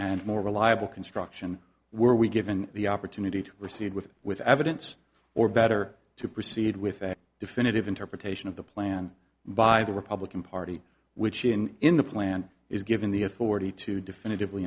and more reliable construction were we given the opportunity to proceed with with evidence or better to proceed with a definitive interpretation of the plan by the republican party which in in the plan is given the authority to definitively